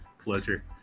Pleasure